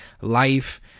life